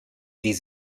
die